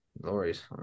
Lori's